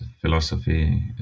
philosophy